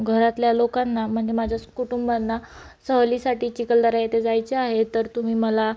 घरातल्या लोकांना म्हणजे माझ्या कुटुंबांना सहलीसाठी चिखलदरा येथे जायचे आहे तर तुम्ही मला